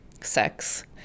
sex